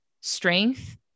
strength